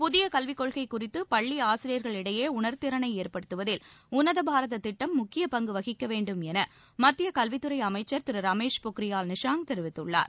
புதிய கல்விக் கொள்கை குறித்து பள்ளி ஆசிரியர்களிடையே உணர்திறனை ஏற்படுத்துவதில் உள்ளத பாரதம் திட்டம் முக்கியப் பங்கு வகிக்க வேண்டும் என மத்திய கல்வித்துறை அமைச்சர் திரு ரமேஷ் பொக்ரியால் நிஷாங் தெரிவித்துள்ளார்